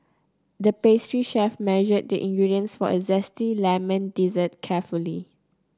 the pastry chef measured the ingredients for a zesty lemon dessert carefully